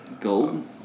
gold